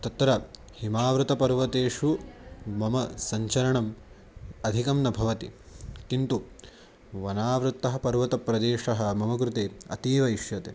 तत्र हिमावृतपर्वतेषु मम सञ्चरणम् अधिकं न भवति किन्तु वनावृत्तः पर्वतप्रदेशः मम कृते अतीव इष्यते